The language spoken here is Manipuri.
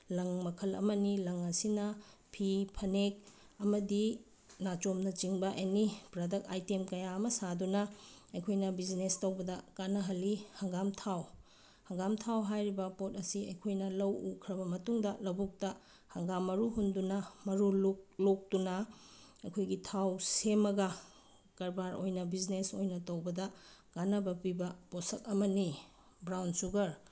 ꯂꯪ ꯃꯈꯜ ꯑꯃꯅꯤ ꯂꯪ ꯑꯁꯤꯅ ꯐꯤ ꯐꯅꯦꯛ ꯑꯃꯗꯤ ꯅꯥꯆꯣꯝꯅꯆꯤꯡꯕ ꯑꯦꯅꯤ ꯄ꯭ꯔꯗꯛ ꯑꯥꯏꯇꯦꯝ ꯀꯌꯥ ꯑꯃ ꯁꯥꯗꯨꯅ ꯑꯩꯈꯣꯏꯅ ꯕꯤꯖꯤꯅꯦꯁ ꯇꯧꯕꯗ ꯀꯥꯅꯍꯜꯂꯤ ꯍꯪꯒꯥꯝ ꯊꯥꯎ ꯍꯪꯒꯥꯝ ꯊꯥꯎ ꯍꯥꯏꯔꯤꯕ ꯄꯣꯠ ꯑꯁꯤ ꯑꯩꯈꯣꯏꯅ ꯂꯧ ꯎꯈ꯭ꯔꯕ ꯃꯇꯨꯡꯗ ꯂꯧꯕꯨꯛꯇ ꯍꯪꯒꯥꯝ ꯃꯔꯨ ꯍꯨꯟꯗꯨꯅ ꯃꯔꯨ ꯂꯣꯛꯇꯨꯅ ꯑꯩꯈꯣꯏꯒꯤ ꯊꯥꯎ ꯁꯦꯝꯃꯒ ꯀꯔꯕꯥꯔ ꯑꯣꯏꯅ ꯕꯤꯖꯤꯅꯦꯁ ꯑꯣꯏꯅ ꯇꯧꯕꯗ ꯀꯥꯅꯕ ꯄꯤꯕ ꯄꯣꯁꯛ ꯑꯃꯅꯤ ꯕ꯭ꯔꯥꯎꯟ ꯁꯨꯒꯔ